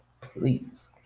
please